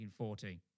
1940